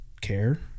care